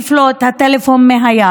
מעיף לו את הטלפון מהיד,